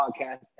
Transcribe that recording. Podcast